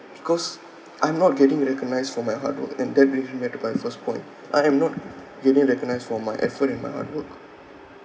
because I'm not getting recognised for my hard work and that really matter by first point I am not getting recognised for my effort and my hard work